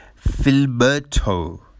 Filberto